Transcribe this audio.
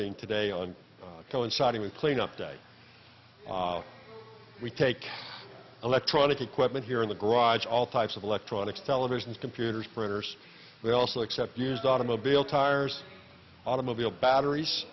being today all coincide with cleanup day we take electronic equipment here in the garage all types of electronics televisions computers printers we also accept years automobile tires automobile batteries